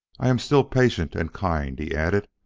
i am still patient, and kind, he added.